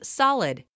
solid